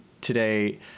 today